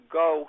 go